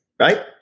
Right